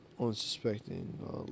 unsuspecting